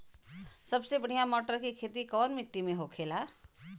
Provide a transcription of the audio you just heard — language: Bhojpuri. सबसे बढ़ियां मटर की खेती कवन मिट्टी में होखेला?